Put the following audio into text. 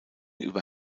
über